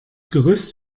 gerüst